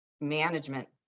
management